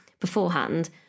beforehand